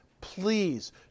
please